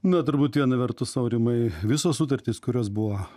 na turbūt viena vertus aurimai visos sutartys kurios buvo